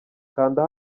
kanda